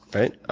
right?